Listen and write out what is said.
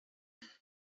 ﺑﻌﻀﯽ